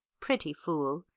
pretty fool,